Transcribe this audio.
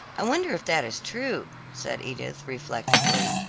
i wonder if that is true, said edith, reflectively.